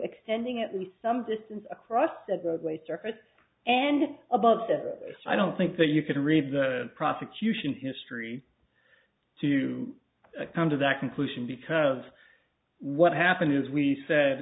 extending at least some distance across that roadway surface and above that i don't think that you can read the prosecution history to come to that conclusion because what happened is we said